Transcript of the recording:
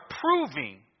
proving